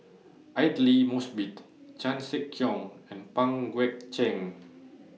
Aidli Mosbit Chan Sek Keong and Pang Guek Cheng